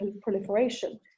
proliferation